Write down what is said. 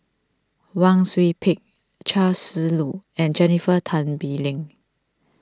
Wang Sui Pick Chia Shi Lu and Jennifer Tan Bee Leng